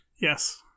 Yes